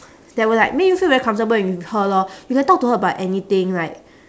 that will like make you feel very comfortable when with her lor you can talk to her about anything like